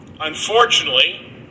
Unfortunately